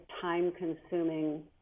time-consuming